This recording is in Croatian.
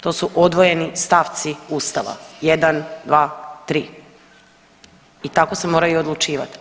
To su odvojeni stavci Ustava 1, 2, 3 i tako se mora i odlučivati.